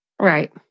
Right